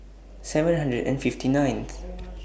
seven hundred and fifty ninth